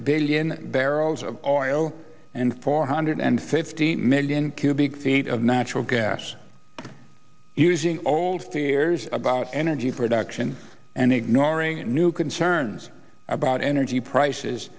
billion barrels of oil and four hundred fifty million cubic feet of natural gas using old fears about energy production and ignoring new concerns about energy prices